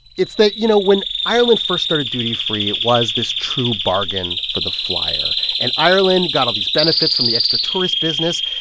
it's that, you know, when ireland first started duty free, it was this true bargain for the flyer. and ireland got all these benefits from the extra tourist business.